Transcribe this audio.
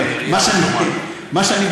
מה שאני,